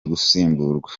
gusimburwa